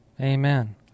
amen